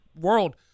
world